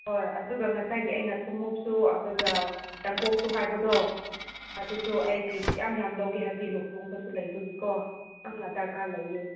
ꯍꯣꯏ ꯑꯗꯨꯒ ꯉꯁꯥꯏꯒꯤ ꯑꯩꯅ ꯊꯨꯝꯃꯣꯛꯁꯨ ꯑꯗꯨꯒ ꯌꯥꯡꯀꯣꯛꯁꯨ ꯍꯥꯏꯕꯗꯣ ꯑꯗꯨꯁꯨ ꯑꯩ ꯄꯤꯁ ꯌꯥꯝ ꯌꯥꯝ ꯂꯧꯒꯦ ꯍꯥꯏꯗꯕꯗꯤ ꯂꯨꯍꯣꯡꯕꯁꯨ ꯂꯩꯕꯒꯤꯀꯣ ꯌꯥꯝꯅ ꯗꯔꯀꯥꯔ ꯂꯩꯌꯦ